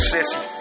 Sissy